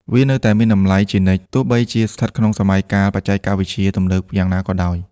វានៅតែមានតម្លៃជានិច្ច ទោះបីជាស្ថិតក្នុងសម័យកាលបច្ចេកវិទ្យាទំនើបយ៉ាងណាក៏ដោយ។